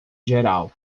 geral